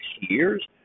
years